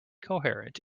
coherent